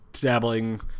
dabbling